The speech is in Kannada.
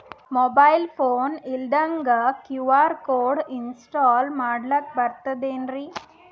ಮೊಬೈಲ್ ಫೋನ ಇಲ್ದಂಗ ಕ್ಯೂ.ಆರ್ ಕೋಡ್ ಇನ್ಸ್ಟಾಲ ಮಾಡ್ಲಕ ಬರ್ತದೇನ್ರಿ?